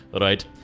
right